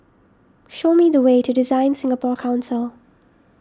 show me the way to DesignSingapore Council